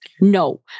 no